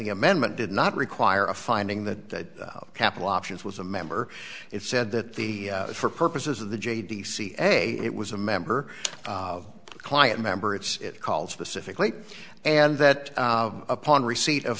the amendment did not require a finding that capital options was a member it said that the for purposes of the j d c m a it was a member of client member its called specifically and that upon receipt of